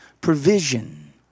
provision